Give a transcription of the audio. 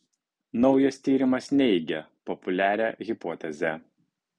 naujas tyrimas neigia populiarią hipotezę